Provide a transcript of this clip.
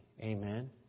Amen